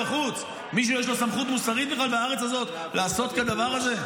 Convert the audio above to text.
מישהו יש לו סמכות בארץ הזאת לעשות כדבר הזה?